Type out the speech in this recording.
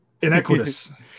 inequitous